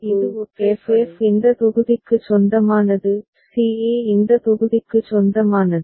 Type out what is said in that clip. இப்போது c e க்கு f f இந்த தொகுதிக்கு சொந்தமானது c e இந்த தொகுதிக்கு சொந்தமானது